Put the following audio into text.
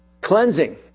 Cleansing